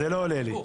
זה לא עולה לי.